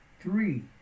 three